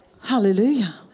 Hallelujah